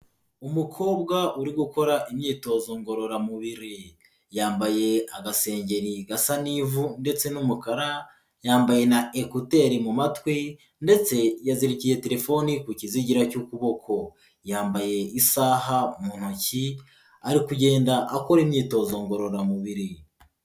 Umukobwa uri gukora imyitozo ngororamubiri. Yambaye agasengeri gasa n'ivu ndetse n'umukara, yambaye na ekuteri mu matwi ndetse yazirikiye terefone ku kizigira cy'ukuboko. Yambaye isaha mu ntoki, ari kugenda akora imyitozo ngororamubiri.